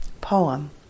poem